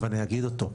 אבל אני אגיד אותו,